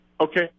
okay